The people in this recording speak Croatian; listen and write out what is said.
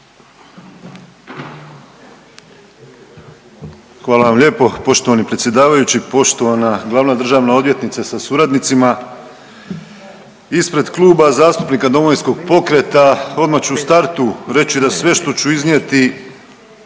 Hvala vam lijepo. Poštovani predsjedavajući, poštovana glavna državna odvjetnice sa suradnicima. Ispred Kluba zastupnika Domovinskog pokreta odmah ću u startu reći da sve ću iznijeti